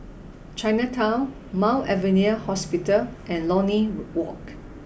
Chinatown Mount Alvernia Hospital and Lornie Walk